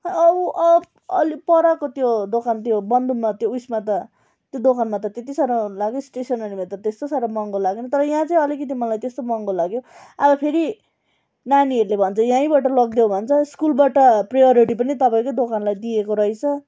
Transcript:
खै औ अ अलि परको त्यो दोकान त्यो बन्दुमा त्यो उयेसमा त त्यो दोकानमा त त्यति साह्रो स्टेसनेरीमा त त्यस्तो साह्रो महँगो लागेन तर यहाँ चाहिँ अलिकिति मलाई त्यस्तो महँगो लाग्यो अब फेरि नानीहरूले भन्छ यहीँबाट लगिदेउ भन्छ स्कुलबाट प्रियरिटी पनि तपाईँकै दोकानलाई दिएको रहेछ